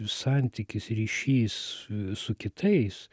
santykis ryšys su kitais